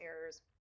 errors